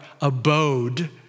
Abode